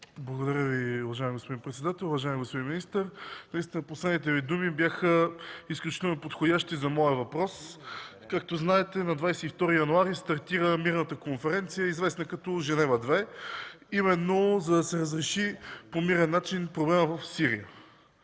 Благодаря Ви, уважаеми господин председател. Уважаеми господин министър, последните Ви думи бяха изключително подходящи за моя въпрос. Както знаете, на 22 януари стартира мирната конференция, известна като „Женева 2”, именно за да се разреши по мирен начин проблемът в Сирия.